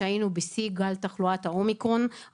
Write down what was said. כשהיינו בשיא גל תחלואת האומיקרון,